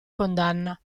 condanna